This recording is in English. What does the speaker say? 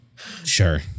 Sure